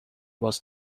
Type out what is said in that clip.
was